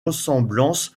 ressemblance